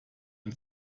ein